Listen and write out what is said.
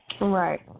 Right